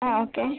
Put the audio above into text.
ಹಾಂ ಓಕೆ